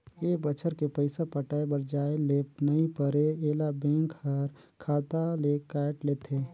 ए बच्छर के पइसा पटाये बर जाये ले नई परे ऐला बेंक हर खाता ले कायट लेथे